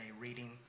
reading